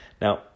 Now